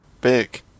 Big